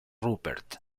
rupert